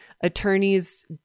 attorneys